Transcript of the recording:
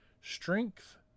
Strength